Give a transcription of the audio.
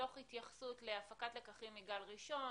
תוך התייחסות להפקת לקחים מגל ראשון,